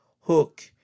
Hook